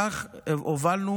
כך הובלנו